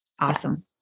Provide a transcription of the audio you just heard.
Awesome